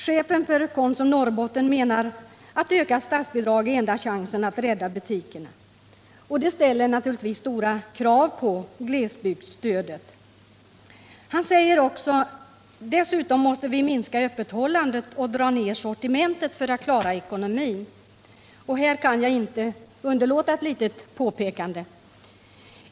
Chefen för Konsum Norrbotten menar att ökat statsbidrag är enda chansen att rädda butikerna, och det ställer naturligtvis stora krav på glesbygdsstödet. Han säger också att man dessutom måste minska öppethållandet och dra ner sortimentet för att klara ekonomin. Här kan jag inte underlåta ett litet påpekande.